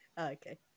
Okay